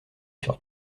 sur